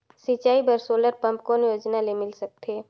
सिंचाई बर solar pump कौन योजना ले मिल सकथे?